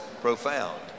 profound